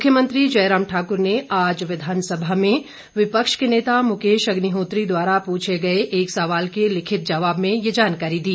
मुख्यमंत्री जयराम ठाकुर ने आज विधानसभा में विपक्ष के नेता मुकेश अग्निहोत्री द्वारा पूछे गए एक सवाल के लिखित जवाब में यह जानकारी दी